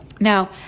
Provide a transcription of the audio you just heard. Now